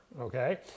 Okay